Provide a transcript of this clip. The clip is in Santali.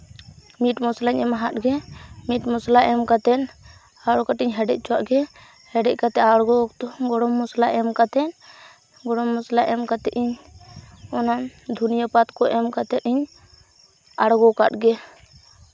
ᱢᱤᱴ ᱢᱚᱥᱞᱟᱧ ᱮᱢᱟᱣᱟᱜ ᱜᱮ ᱢᱤᱴ ᱢᱚᱥᱞᱟ ᱮᱢ ᱠᱟᱛᱮᱫ ᱟᱨᱚ ᱠᱟᱹᱴᱤᱡ ᱤᱧ ᱦᱮᱰᱮᱡ ᱦᱚᱪᱚᱣᱟᱫ ᱜᱮ ᱦᱮᱰᱮᱡ ᱠᱟᱛᱮᱫ ᱟᱬᱜᱚ ᱚᱠᱛᱚ ᱜᱚᱨᱚᱢ ᱢᱚᱥᱞᱟ ᱮᱢ ᱠᱟᱛᱮᱫ ᱜᱚᱨᱚᱢ ᱢᱚᱥᱞᱟ ᱮᱢ ᱠᱟᱛᱮᱫ ᱤᱧ ᱚᱱᱟ ᱫᱷᱩᱱᱭᱟᱹᱯᱟᱛ ᱠᱚ ᱮᱢ ᱠᱟᱛᱮᱫ ᱤᱧ ᱟᱬᱜᱳ ᱠᱟᱜ ᱜᱮ